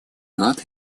год